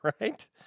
right